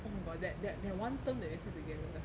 oh my god that that that one term that we sat together